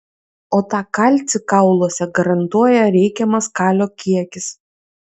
o tą kalcį kauluose garantuoja reikiamas kalio kiekis